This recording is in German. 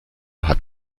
hat